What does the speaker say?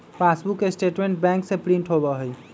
passbook statement bank से print होबा हई